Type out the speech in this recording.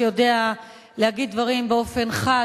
שיודע להגיד דברים באופן חד,